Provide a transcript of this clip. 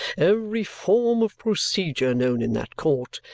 every form of procedure known in that court,